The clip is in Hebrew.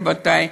רבותי.